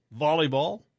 volleyball